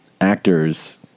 actors